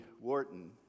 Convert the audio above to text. Wharton